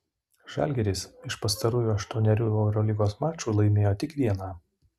žalgiris iš pastarųjų aštuonerių eurolygos mačų laimėjo tik vieną